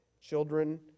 Children